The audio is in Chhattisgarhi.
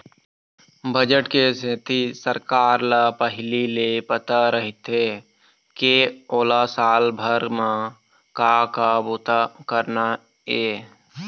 बजट के सेती सरकार ल पहिली ले पता रहिथे के ओला साल भर म का का बूता करना हे